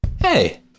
Hey